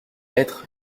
hêtres